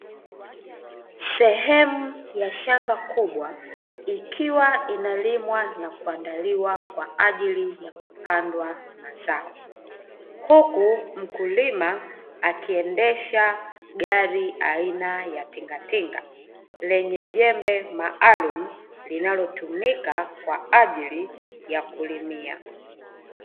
Sehemu ya shamba kubwa, ikiwa inalimwa na kuandaliwa kwa ajili ya kupandwa mazao, huku mkulima akiendesha gari aina ya tingatinga, lenye jembe maalumu linalotumika kwa ajili ya kulimia.